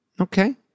okay